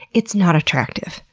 it's not attractive.